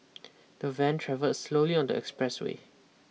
the van travelled slowly on the expressway